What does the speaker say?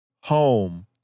home